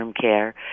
care